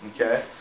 Okay